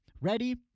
Ready